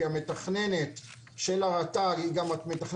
כי המתכננת של הרט"ג היא גם המתכננת